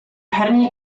herní